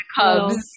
cubs